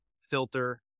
Filter